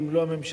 ואם לא הממשלה,